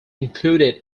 included